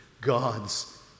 God's